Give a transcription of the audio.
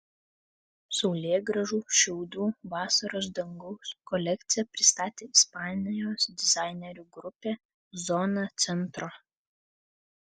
saulėgrąžų šiaudų vasaros dangaus kolekciją pristatė ispanijos dizainerių grupė zona centro